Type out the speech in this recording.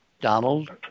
Donald